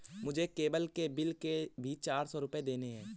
मुझे केबल के बिल के भी चार सौ रुपए देने हैं